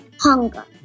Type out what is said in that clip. Hunger